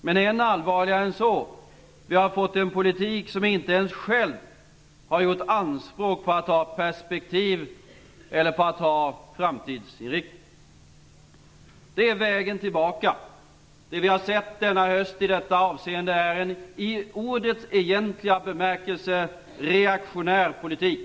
Men än allvarligare än så: Vi har fått en politik som inte ens själv har gjort anspråk på att ha perspektiv eller framtidsinriktning. Det är vägen tillbaka. Det vi har sett denna höst i detta avseende är en i ordets egentliga bemärkelse reaktionär politik.